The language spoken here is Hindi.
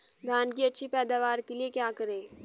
धान की अच्छी पैदावार के लिए क्या करें?